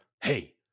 hey